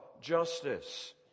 justice